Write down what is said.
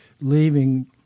leaving